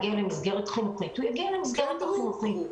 זה רשום במסמך, במתווה שמשרד החינוך הוציא.